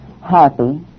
happy